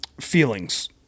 feelings